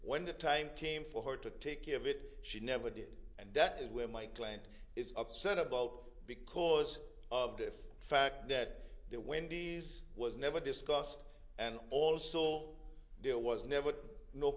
when the time came for her to take care of it she never did and that is where my client is upset about because of the if fact that there wendy's was never discussed and also all there was never no